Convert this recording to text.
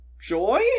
joy